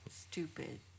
Stupid